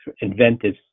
inventive